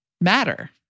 matter